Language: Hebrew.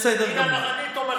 בסדר גמור.